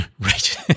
Right